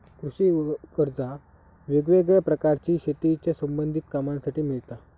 कृषि कर्जा वेगवेगळ्या प्रकारची शेतीच्या संबधित कामांसाठी मिळता